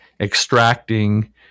extracting